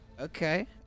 Okay